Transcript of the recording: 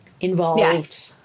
involved